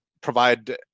provide